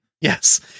Yes